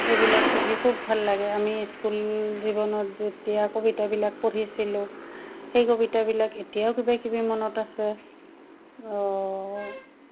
সেইবিলাক পঢ়ি খুব ভাল লাগে আমি স্কুল জীৱনত যেতিয়া কবিতাবিলাক পঢ়িছিলোঁ সেই কবিতাবিলাক এতিয়াও কিবাকিবি মনত আছে